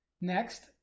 Next